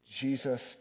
Jesus